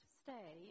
stay